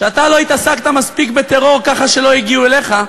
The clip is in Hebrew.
שאתה לא התעסקת מספיק בטרור ככה שלא הגיעו אליך.